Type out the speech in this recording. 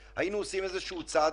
בהכנסות, בצדק,